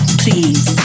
please